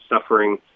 suffering